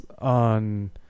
On